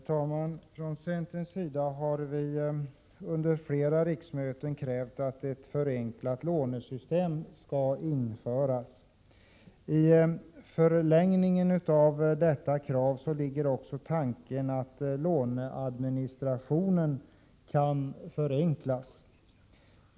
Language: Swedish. Herr talman! Från centerns sida har vi under flera riksmöten krävt att ett förenklat lånesystem skall införas. I förlängningen av detta ligger också tanken att låneadministrationen kan förenklas.